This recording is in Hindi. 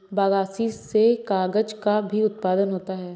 बगासी से कागज़ का भी उत्पादन होता है